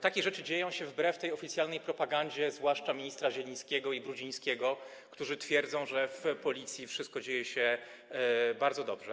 Takie rzeczy dzieją się wbrew oficjalnej propagandzie, zwłaszcza ministrów Zielińskiego i Brudzińskiego, którzy twierdzą, że w Policji wszystko dzieje się bardzo dobrze.